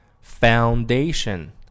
foundation